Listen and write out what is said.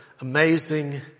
amazing